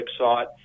website